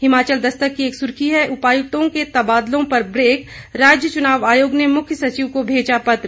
हिमाचल दस्तक की एक सुर्खी है उपायुक्तों के तबादलों पर ब्रेक राज्य चुनाव आयोग ने मुख्य सचिव को भेजा पत्र